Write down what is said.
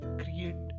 create